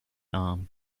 arm